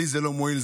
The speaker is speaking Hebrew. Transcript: לי זה לא מועיל,